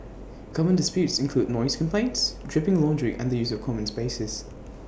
common disputes include noise complaints dripping laundry and the use of common spaces